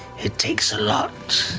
it takes a lot